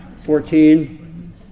Fourteen